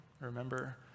Remember